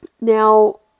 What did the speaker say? Now